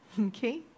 okay